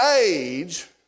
age